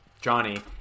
Johnny